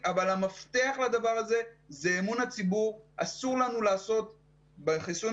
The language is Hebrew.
אבל בהמשך לשאלה שלי - האם יש דברים שאנחנו כבר יודעים על כל חיסוני